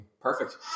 Perfect